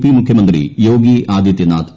P മുഖ്യമന്ത്രി യോഗി ആദിത്യനാഥ്